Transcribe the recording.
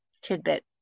tidbit